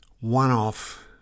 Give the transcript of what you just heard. one-off